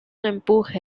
empuje